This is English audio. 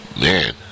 Man